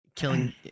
Killing